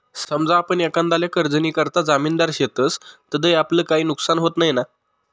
समजा आपण एखांदाले कर्जनीकरता जामिनदार शेतस तधय आपलं काई नुकसान व्हत नैना?